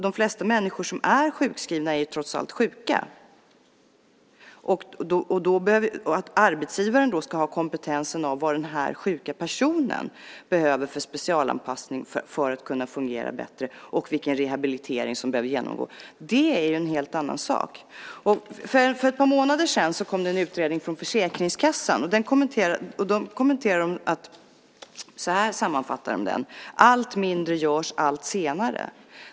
De flesta människor som är sjukskrivna är trots allt sjuka. Att arbetsgivaren ska ha en kompetens när det gäller vilken specialanpassning som den sjuke behöver för att kunna fungera bättre och vilken rehabilitering vederbörande behöver genomgå är en helt annan sak. För ett par månader sedan kom det en utredning från Försäkringskassan som sammanfattades så här: Allt mindre görs allt senare.